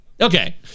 Okay